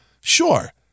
sure